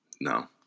No